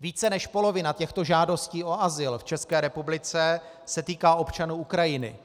Více než polovina těchto žádostí o azyl v České republice se týká občanů Ukrajiny,